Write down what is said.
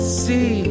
see